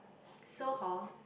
so hor